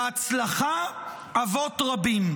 להצלחה אבות רבים,